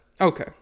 Okay